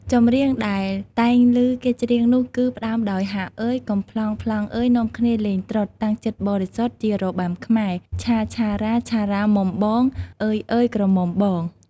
ម្រៀងដែលតែងឮគេច្រៀងនោះគឺផ្ដើមដោយ «ហ្អាអ៉ើយ!!! កំប្លង់ៗអ្ហើយ នាំគ្នាលេងត្រុដិ តាំងចិត្តបរិសុទ្ធ ជារបាំខ្មែរ ឆាៗរ៉ាឆារ៉ាមុំបង វើយៗក្រមុំបង.....»។